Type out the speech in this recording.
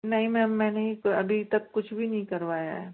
नहीं मैम मैंने अभी तक कोई कुछ भी नहीं करवाया है